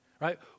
Right